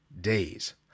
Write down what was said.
days